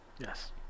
Yes